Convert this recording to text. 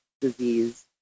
disease